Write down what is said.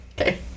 Okay